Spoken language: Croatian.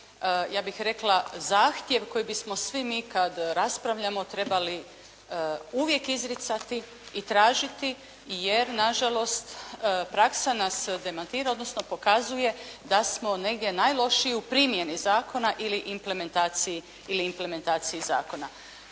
ja bih rekla zahtjeva koji bismo svi mi koji raspravljamo trebali uvijek izricati i tražiti, jer na žalost praksa nas demantira, odnosno pokazuje da smo negdje najlošiji u primjeni zakona ili implementaciji zakona.